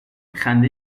خنده